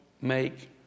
make